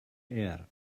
air